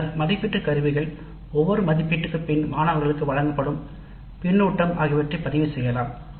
பின்னர் மதிப்பீட்டு கருவிகள் பயிற்சிக்குப் பின்னர் பின்னர் மாணவர்களுக்கு பின்னூட்டம் ஆகிய வெற்றியை பதிவு செய்யலாம்